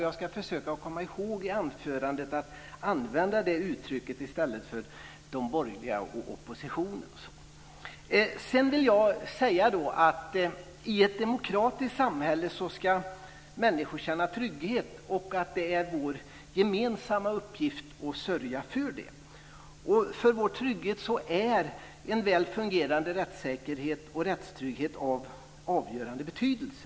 Jag ska försöka att komma ihåg att i mitt anförande använda det uttrycket i stället för "de borgerliga" och "oppositionen". I ett demokratiskt samhälle ska människor känna trygghet. Det är vår gemensamma uppgift att sörja för det. För vår trygghet är en väl fungerande rättssäkerhet och rättstrygghet av avgörande betydelse.